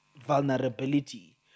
vulnerability